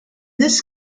this